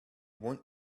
want